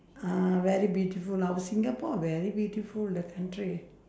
ah very beautiful our singapore very beautiful the country